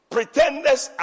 Pretenders